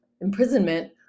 imprisonment